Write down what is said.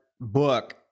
book